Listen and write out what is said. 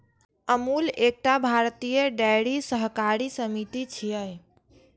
अमूल एकटा भारतीय डेयरी सहकारी समिति छियै